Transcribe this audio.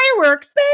fireworks